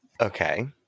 Okay